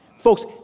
Folks